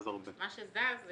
מה שזז זה